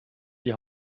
die